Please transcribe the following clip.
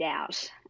out